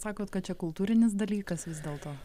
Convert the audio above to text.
sakot kad čia kultūrinis dalykas vis dėlto